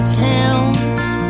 towns